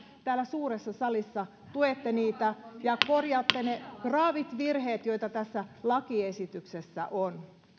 täällä suuressa salissa tuette niitä ja korjaatte ne graavit virheet joita tässä lakiesityksessä on